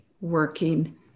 working